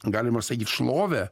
galima sakyt šlovę